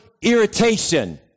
irritation